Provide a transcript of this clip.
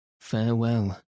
farewell